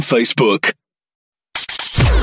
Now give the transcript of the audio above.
Facebook